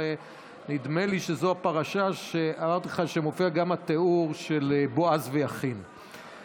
אבל נדמה לי שזאת הפרשה שאמרתי לך שמופיע בה גם התיאור של בועז ויכין,